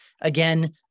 Again